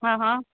हा हा